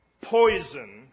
poison